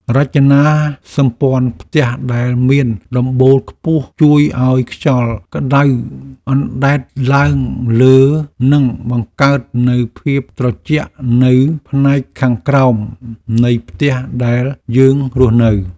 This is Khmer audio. រចនាសម្ព័ន្ធផ្ទះដែលមានដំបូលខ្ពស់ជួយឱ្យខ្យល់ក្តៅអណ្ដែតឡើងលើនិងបង្កើតនូវភាពត្រជាក់នៅផ្នែកខាងក្រោមនៃផ្ទះដែលយើងរស់នៅ។